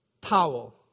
towel